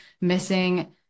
missing